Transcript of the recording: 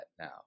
now